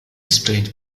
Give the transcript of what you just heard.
strange